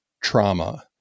trauma